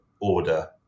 order